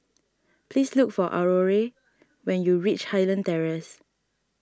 please look for Aurore when you reach Highland Terrace